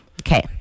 Okay